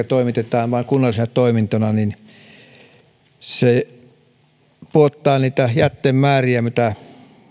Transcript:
toimitetaan vain kunnallisena toimintona ja se pudottaa niiden jätteiden määriä mitä